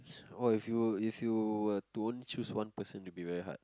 oh if you were if you were to only choose one person it would be very hard